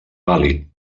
vàlid